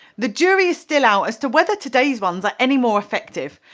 the jury is still out as to whether today's ones are any more effective,